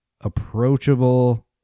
approachable